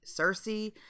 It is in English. Cersei